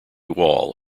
wall